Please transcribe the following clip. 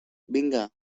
vinga